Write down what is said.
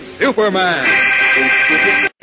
Superman